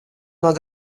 nei